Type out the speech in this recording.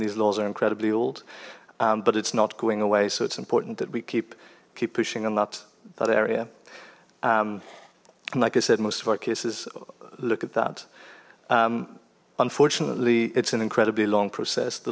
these laws are incredibly old but it's not going away so it's important that we keep keep pushing a lot that area like i said most of our cases look at that unfortunately it's an incredibly long process the